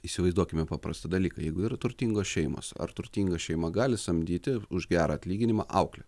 įsivaizduokime paprastą dalyką jeigu yra turtingos šeimos ar turtinga šeima gali samdyti už gerą atlyginimą auklę